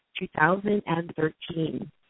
2013